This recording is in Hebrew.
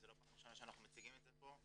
זה לא פעם ראשונה שאנחנו מציגים את זה פה.